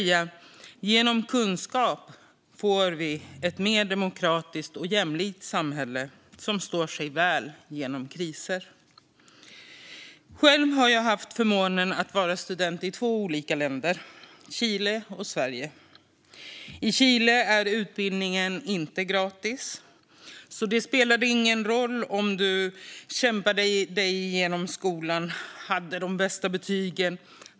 Genom kunskap får vi alltså ett mer demokratiskt och jämlikt samhälle som står sig väl genom kriser. Själv har jag haft förmånen att vara student i två olika länder - Chile och Sverige. I Chile är utbildningen inte gratis. Det spelade ingen roll om man kämpade sig igenom skolan och hade de bästa betygen.